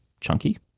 chunky